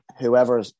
whoever